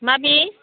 माबे